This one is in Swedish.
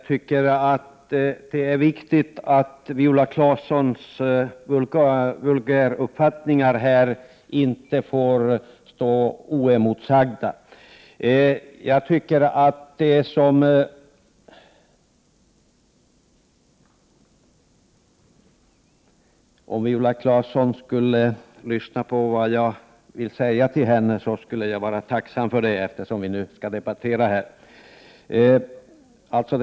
Herr talman! Det är viktigt att Viola Claessons vulgäruppfattningar inte får stå oemotsagda här i kammaren. — Jag skulle vara tacksam om Viola Claesson ville lyssna på vad jag har att säga, eftersom vi skall debattera den här frågan.